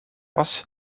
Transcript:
was